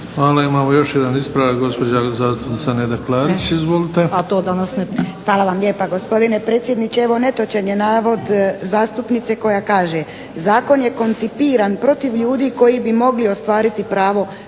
Hvala. Imamo još jedan ispravak, gospođa zastupnica Neda Klarić. Izvolite. **Klarić, Nedjeljka (HDZ)** Hvala vam lijepa, gospodine predsjedniče. Netočan je navod zastupnice koja kaže: zakon je koncipiran protiv ljudi koji bi mogli ostvariti pravo